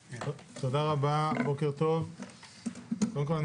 ניר, בבקשה.